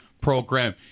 program